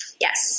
Yes